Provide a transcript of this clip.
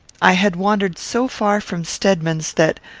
i had wandered so far from stedman's, that,